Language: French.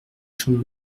chambre